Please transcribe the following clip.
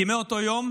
כי מאותו יום